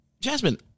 Jasmine